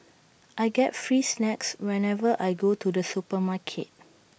I get free snacks whenever I go to the supermarket